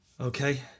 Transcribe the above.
Okay